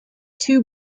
two